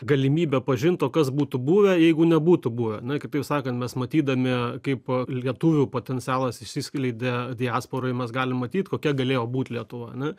galimybė pažint o kas būtų buvę jeigu nebūtų buvę na kitaip sakant mes matydami kaip lietuvių potencialas išsiskleidė diasporoj mes galim matyt kokia galėjo būt lietuva ane